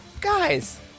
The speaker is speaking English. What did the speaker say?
guys